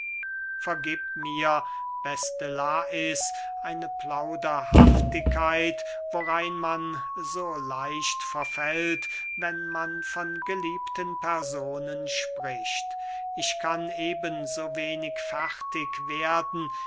vergieb mir beste lais eine plauderhaftigkeit worein man so leicht verfällt wenn man von geliebten personen spricht ich kann eben so wenig fertig werden